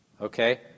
Okay